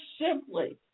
simply